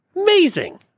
Amazing